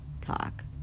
talk